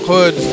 Hood